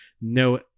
No